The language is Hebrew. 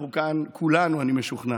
אנחנו כאן כולנו, אני משוכנע,